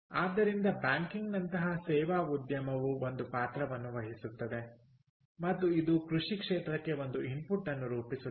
ಆದ್ದರಿಂದ ಬ್ಯಾಂಕಿಂಗ್ನಂತಹ ಸೇವಾ ಉದ್ಯಮವು ಒಂದು ಪಾತ್ರವನ್ನು ವಹಿಸುತ್ತದೆ ಮತ್ತು ಇದು ಕೃಷಿ ಕ್ಷೇತ್ರಕ್ಕೆ ಒಂದು ಇನ್ಪುಟ್ ಅನ್ನು ರೂಪಿಸುತ್ತದೆ